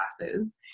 classes